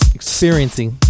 experiencing